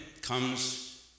comes